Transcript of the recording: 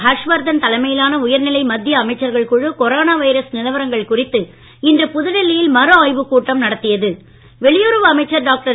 ஹர்ஷ்வர்தன் தலைமையிலான உயர்நிலை மத்திய அமைச்சர்கள் குழு கொரோனா வைரஸ் நிலவரங்கள் குறித்து இன்று புதுடில்லி யில் மறுஆய்வுக் கூட்டம் நடத்தியது வெளியுறவு அமைச்சர் டாக்டர்